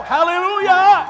Hallelujah